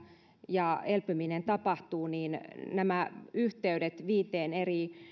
ja elpyminen tapahtuu nämä yhteydet viiteen eri